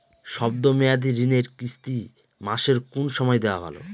শব্দ মেয়াদি ঋণের কিস্তি মাসের কোন সময় দেওয়া ভালো?